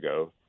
ago